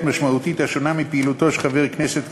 משמעותית השונה מפעילותו של חבר הכנסת ככזה,